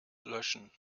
löschen